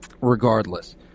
regardless